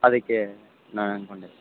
ಅದಕ್ಕೆ ನಾನು ಅನ್ಕೊಂಡೆ